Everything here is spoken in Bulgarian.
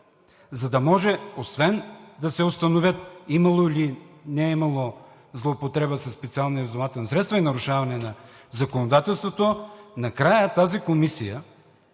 за да може, освен да се установят имало ли е, или не е имало злоупотреба със специални разузнавателни средства, и нарушаване на законодателството, накрая тази комисия